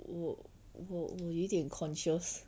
我我我一点 conscious